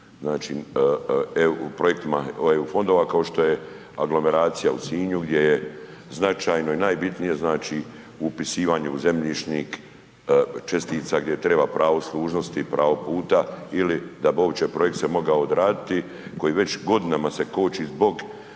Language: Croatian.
velikim projektima EU fondova, kao što je aglomeracija u Sinju, gdje je značajno i najbitnije znači upisivanje u zemljišnik čestica gdje treba pravo služnosti i pravo puta ili da bi uopće projekt se mogao odraditi koji već godinama se koči zbog